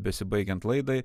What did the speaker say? besibaigiant laidai